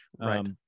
right